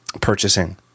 purchasing